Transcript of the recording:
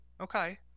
Okay